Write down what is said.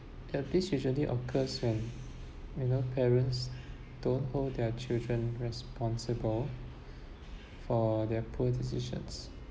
uh this usually occurs when you know our parents don't hold their children responsible for their poor decisions